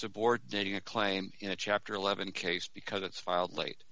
subordinating a claim in a chapter eleven case because it's filed lat